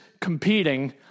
competing